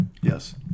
yes